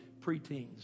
preteens